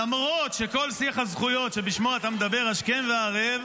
למרות שכל שיח הזכויות שבשמו אתה מדבר השכם והערב,